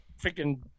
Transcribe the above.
freaking